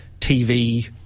TV